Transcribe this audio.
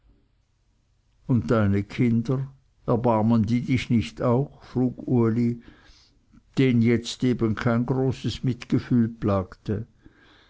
und deine kinder erbarmen dich die nicht auch frug uli den jetzt eben kein großes mitgefühl plagte